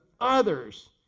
Others